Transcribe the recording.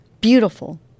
beautiful